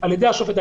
והוא סיכן חיי אדם.